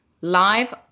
live